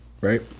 right